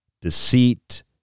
deceit